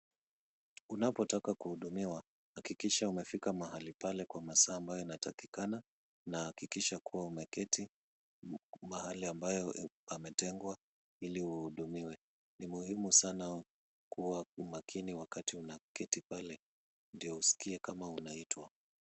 Uanapotaka kuhudumiwa hakikisha umefika pale kwa masaa ambayo yanatakikana, na hakikisha kuwa umeketi mahali ambayo pametengwa ili uhudumiwe. Ni muhimu kuwa makini sana wakati unaketi pale ndio usikie kama unaitwa.